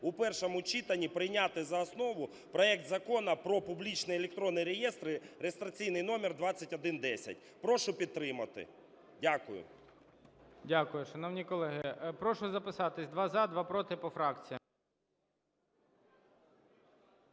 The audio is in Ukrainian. у першому читанні прийняти за основу проект Закону про публічні електронні реєстри (реєстраційний номер 2110). Прошу підтримати. Дякую. ГОЛОВУЮЧИЙ. Дякую. Шановні колеги, прошу записатися: два – за, два – проти. По фракціях.